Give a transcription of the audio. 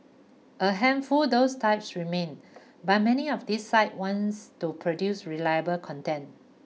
a handful those types remain but many of these sites wants to produce reliable content